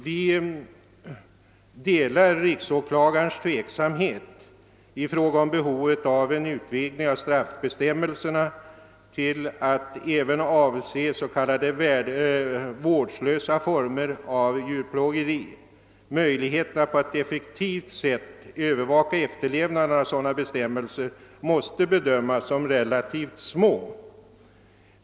Vi delar riksåklagarens tveksamhet i fråga om behovet av en utvidgning av straffbestämmelserna till att även avse s.k. vårdslösa former av djurplågeri. Möjligheten att på ett efektivt sätt övervaka efterlevnaden av sådana bestämmelser måste bedömas som relativt liten.